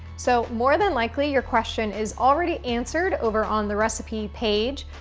so, more than likely your question is already answered over on the recipe page,